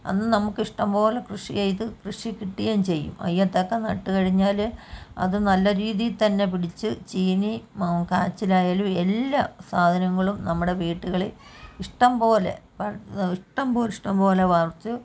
അന്ന് നമുക്ക് ഇഷ്ടംപോലെ കൃഷി ചെയ്ത് കൃഷി കിട്ടുകയും ചെയ്യും നട്ടു കഴിഞ്ഞാൽ അത് നല്ല രീതിയിൽ തന്നെ പിടിച്ച് ചീനി കാച്ചിലായാലും എല്ലാ സാധനങ്ങളും നമ്മുടെ വീടുകളിൽ ഇഷ്ടംപോലെ ഇഷ്ടംപോലെ ഇഷ്ടംപോലെ പറിച്ച്